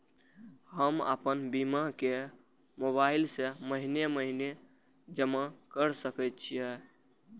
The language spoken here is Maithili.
हम आपन बीमा के मोबाईल से महीने महीने जमा कर सके छिये?